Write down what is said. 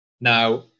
Now